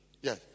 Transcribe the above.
Yes